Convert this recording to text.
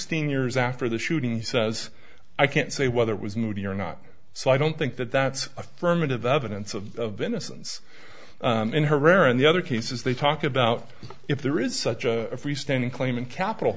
years after the shooting he says i can't say whether it was moody or not so i don't think that that's affirmative the evidence of innocence in herrera and the other cases they talk about if there is such a freestanding claim in capital